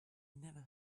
never